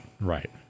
right